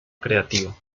creativa